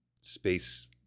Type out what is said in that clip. space